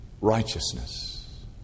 righteousness